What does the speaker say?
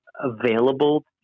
available